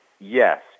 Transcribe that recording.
yes